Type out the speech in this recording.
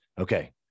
okay